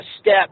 step